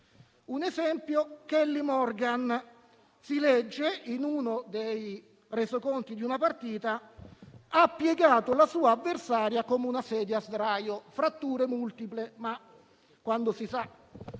Un esempio: Kelly Morgan. Si legge, nei resoconti di una partita, che ha piegato la sua avversaria come una sedia a sdraio, con fratture multiple. Ma vogliamo